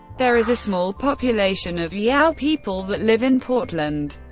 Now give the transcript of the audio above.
there is a small population of yao people that live in portland.